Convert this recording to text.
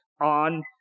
on